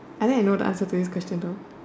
I think I know the answer to this question though